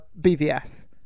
BVS